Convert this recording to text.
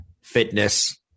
fitness